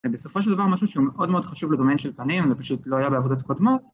בסופו של דבר משהו שהוא מאוד מאוד חשוב לדומיין של פנים, זה פשוט לא היה בעבודת קודמות.